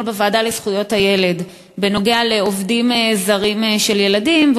בוועדה לזכויות הילד בנושא עובדים זרים של ילדים.